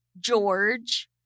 George